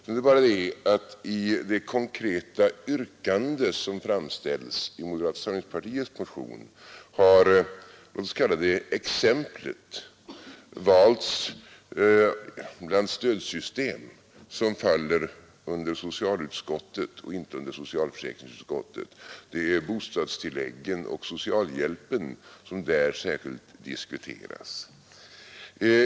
Det är bara det att i det konkreta yrkande som framställs i moderata samlingspartiets motion har exemplet — låt oss kalla det så — valts bland stödsystem som faller under socialutskottet och inte under socialförsäkringsutskottet. Det är bostadstilläggen och socialhjälpen som där särskilt diskuteras.